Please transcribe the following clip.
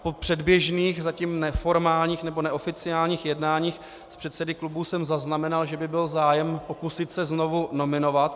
Po předběžných, zatím neformálních nebo neoficiálních jednáních s předsedy klubů jsem zaznamenal, že by byl zájem pokusit se znovu nominovat.